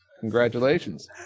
Congratulations